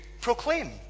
proclaim